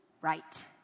right